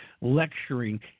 lecturing